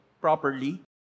properly